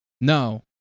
No